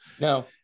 No